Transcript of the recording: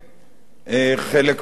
חלק מהדברים: